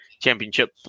championship